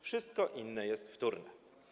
Wszystko inne jest wtórne.